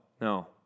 no